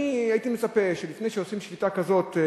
אני הייתי מצפה שלפני שעושים שביתה כזאת,